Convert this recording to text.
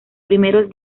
primeros